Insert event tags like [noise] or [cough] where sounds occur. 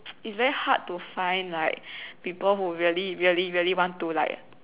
[noise] is very hard to find like people who really really really want to like